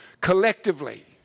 collectively